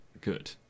good